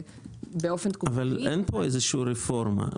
ובאופן תקופתי --- אבל אין פה איזושהי רפורמה,